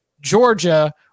Georgia